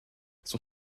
son